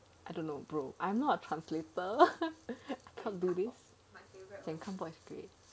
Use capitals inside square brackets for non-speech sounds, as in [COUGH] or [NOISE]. I don't know bro I'm not a translator [LAUGHS] can't do this 剪 cardboard